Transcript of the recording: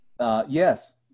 Yes